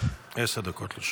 תודה רבה.